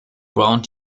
round